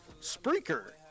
Spreaker